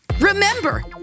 Remember